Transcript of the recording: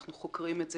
אנחנו חוקרים את זה